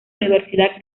universidad